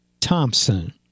Thompson